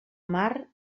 mar